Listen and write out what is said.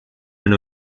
and